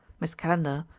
miss calendar,